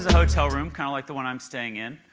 hotel room, kind of like the one i'm staying in.